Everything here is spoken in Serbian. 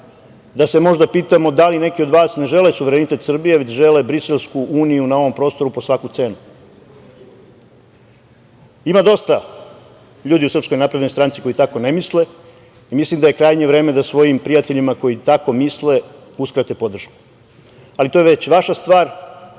da se možda pitamo da li neki od vas ne žele suverenitet Srbije, već žele Briselsku uniju na ovom prostoru po svaku cenu. Ima dosta ljudi u SNS koji tako ne misle i mislim da je krajnje vreme da svojim prijateljima koji tako misle uskrate podršku, ali to je već vaša stvar,